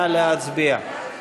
נא להצביע.